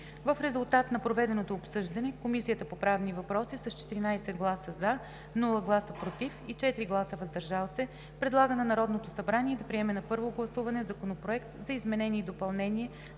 В резултат на проведеното обсъждане Комисията по правни въпроси с 14 гласа „за“, без „против“ и 4 гласа „въздържал се“ предлага на Народното събрание да приеме на първо гласуване Законопроект за изменение и допълнение